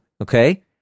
okay